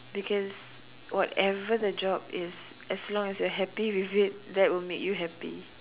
because whatever the job is as long as you are happy with it that will make you happy